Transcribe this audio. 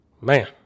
man